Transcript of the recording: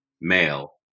Male